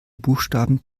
buchstaben